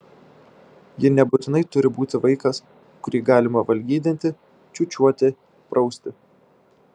ji nebūtinai turi būti vaikas kurį galima valgydinti čiūčiuoti prausti